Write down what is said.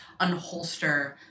unholster